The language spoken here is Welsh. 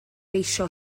geisio